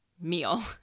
meal